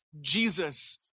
Jesus